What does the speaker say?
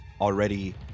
already